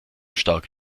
stark